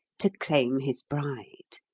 to claim his bride.